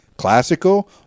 Classical